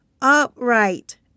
upright